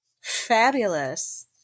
Fabulous